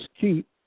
keep